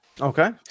Okay